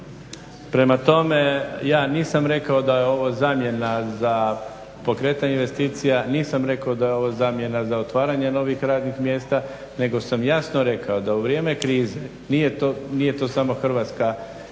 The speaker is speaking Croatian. Prema tome, ja nisam rekao da je ovo zamjena za pokretanje investicija, nisam rekao da je ovo zamjena za otvaranje novih radnih mjesta nego sam jasno rekao da u vrijeme krize, nije to samo hrvatska